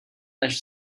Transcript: než